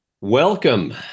Welcome